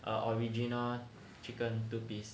original chicken two piece